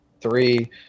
three